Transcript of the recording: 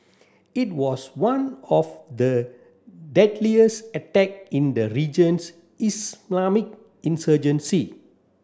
it was one of the deadliest attack in the region's Islamic insurgency